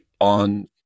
on